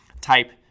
type